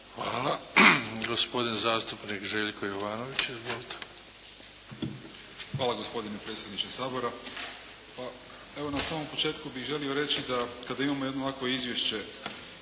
Hvala. Gospodin zastupnik Željko Jovanović. Izvolite. **Jovanović, Željko (SDP)** Hvala, gospodine predsjedniče Sabora. Evo, na samom početku bih želio reći da kada imamo jedno ovakvo izvješće